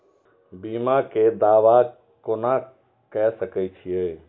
बीमा के दावा कोना के सके छिऐ?